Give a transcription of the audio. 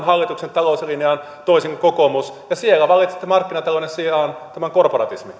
hallituksen talouslinjaan toisin kuin kokoomus siellä valitsitte markkinatalouden sijaan tämän korporatismin